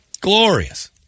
Glorious